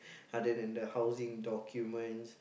other than the housing document